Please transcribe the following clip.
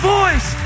voice